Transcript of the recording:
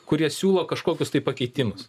kurie siūlo kažkokius tai pakeitimus